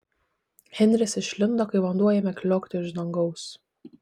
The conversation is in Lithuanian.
henris išlindo kai vanduo ėmė kliokti iš dangaus